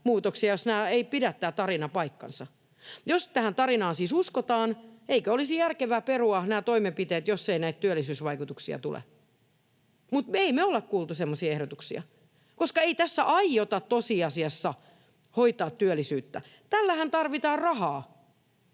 jos tämä tarina ei pidä paikkaansa. Jos tähän tarinaan siis uskotaan, eikö olisi järkevää perua nämä toimenpiteet, jos ei näitä työllisyysvaikutuksia tule? Mutta ei me olla kuultu semmoisia ehdotuksia, koska ei tässä aiota tosiasiassa hoitaa työllisyyttä. Tällähän halutaan rahaa.